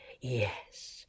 Yes